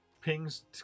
pings